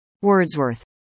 Wordsworth